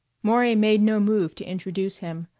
maury made no move to introduce him,